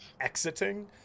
exiting